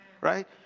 right